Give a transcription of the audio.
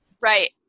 right